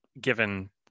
given